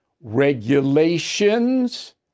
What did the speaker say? regulations